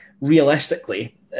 realistically